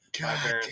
God